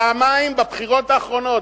פעמיים בבחירות האחרונות,